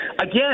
Again